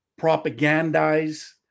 propagandize